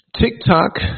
TikTok